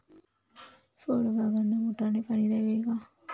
फळबागांना मोटारने पाणी द्यावे का?